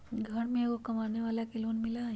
घर में एगो कमानेवाला के भी लोन मिलहई?